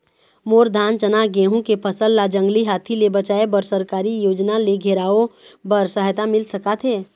मोर धान चना गेहूं के फसल ला जंगली हाथी ले बचाए बर सरकारी योजना ले घेराओ बर सहायता मिल सका थे?